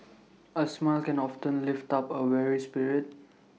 A smile can often lift up A weary spirit